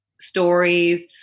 stories